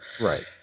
Right